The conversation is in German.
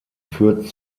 führt